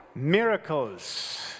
Miracles